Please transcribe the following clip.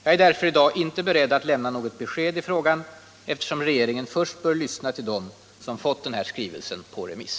Jag är i dag inte beredd att lämna något besked i frågan, eftersom regeringen först bör lyssna till dem som fått skrivelsen på remiss.